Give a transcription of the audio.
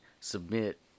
submit